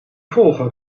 volgen